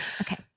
Okay